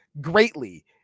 greatly